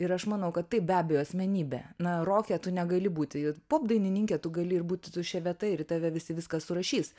ir aš manau kad taip be abejo asmenybė na roke tu negali būti popdainininke tu gali ir būti tuščia vieta ir į tave visi viską surašys